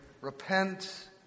Repent